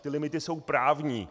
Ty limity jsou právní.